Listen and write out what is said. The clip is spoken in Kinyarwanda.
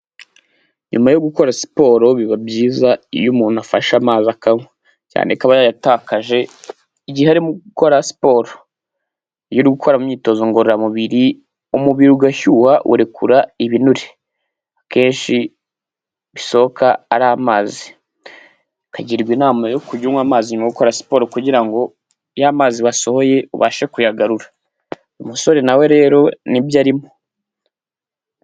Nyuma yo gukora siporo biba byiza iyo umuntu afashe amazi akanywa cyane ko aba yayatakaje igihe arimo gukora siporo. Iyo uri gukora imyitozo ngororamubiri umubiri ugashyuha urekura ibinure akenshi bisohoka ari amazi, ukagirwa inama yo kujya unywa amazi nyuma yo gukora siporo kugira ngo ya mazi wasohoye ubashe kuyagarura. Umusore na we rero ni byo arimo.